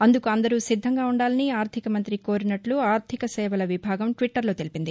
అందుకు అందరూ సిద్దంగా ఉండాలని ఆర్థిక మంతి కోరినట్లు ఆర్థిక సేవల విభాగం ట్వీట్టర్లో తెలిపింది